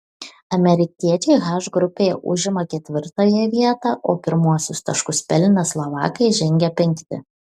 amerikiečiai h grupėje užima ketvirtąją vietą o pirmuosius taškus pelnę slovakai žengia penkti